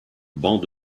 banc